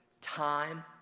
Time